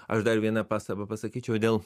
aš dar vieną pastabą pasakyčiau dėl